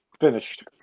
finished